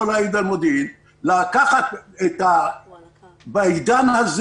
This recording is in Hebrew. הוא יכול להעיד על מודיעין בעידן הזה